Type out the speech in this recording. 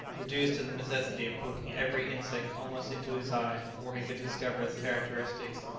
reduced to the necessity of poking every insect almost into his eyes before he could discover its characteristics,